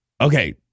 Okay